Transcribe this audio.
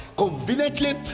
Conveniently